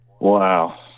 Wow